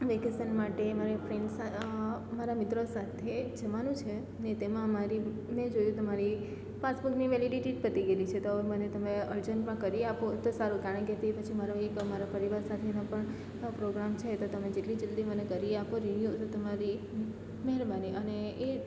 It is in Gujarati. વેકેસન માટે મારે ફ્રેન્ડ મારા મિત્રો સાથે જવાનું છે ને તેમાં મારી મેં જોયું તો મારી પાસપોર્ટની વેલીડીટી જ પતી ગયેલી છે તો હવે મને તમે અર્જન્ટમાં કરી આપો તો સારું કારણ કે તે પછી મારો એક મારા પરિવાર સાથેનો પણ પોગ્રામ છે તો તમે જેટલી જલ્દી મને કરી આપો રિન્યૂ અને તમારી મહેરબાની અને એ